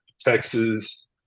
Texas